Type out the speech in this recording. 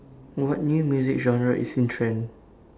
what new music genre is in trend